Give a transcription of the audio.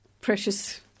precious